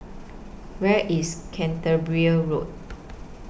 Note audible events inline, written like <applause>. Where IS <unintelligible> Road